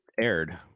aired